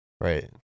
Right